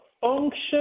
function